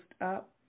up